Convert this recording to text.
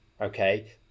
Okay